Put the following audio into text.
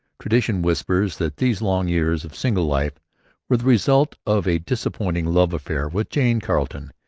tradition whispers that these long years of single life were the result of a disappointing love affair with jane carleton,